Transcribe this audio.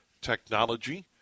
technology